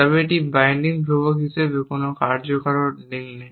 তবে এটি বাইন্ডিং ধ্রুবক হিসাবে কোন কার্যকারণ লিঙ্ক নেই